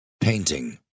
painting